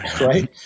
right